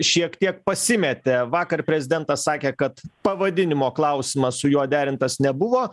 šiek tiek pasimetė vakar prezidentas sakė kad pavadinimo klausimas su juo derintas nebuvo